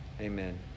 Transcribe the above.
amen